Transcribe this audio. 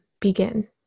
Begin